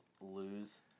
lose